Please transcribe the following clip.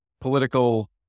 political